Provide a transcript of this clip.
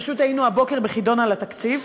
פשוט היינו הבוקר בחידון על התקציב,